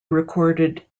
recorded